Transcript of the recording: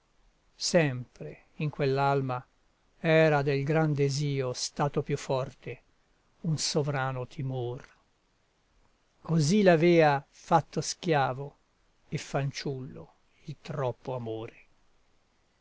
sempre in quell'alma era del gran desio stato più forte un sovrano timor così l'avea fatto schiavo e fanciullo il troppo amore